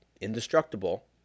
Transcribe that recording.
indestructible